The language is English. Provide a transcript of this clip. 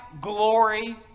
glory